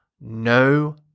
no